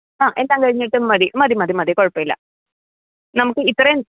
ആ എല്ലാം കഴിഞ്ഞിട്ട് മതി മതി മതി മതി കുഴപ്പമില്ല നമുക്ക് ഇത്രയും